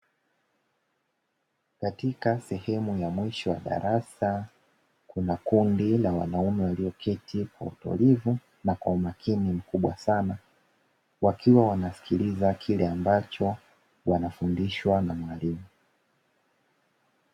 Katika sehemu ya mwisho ya darasa kuna kundi la wanaume walioketi kwa umakini mkubwa sana, wakiwa wanasikiliza kile ambacho wanafundishwa na mwalimu.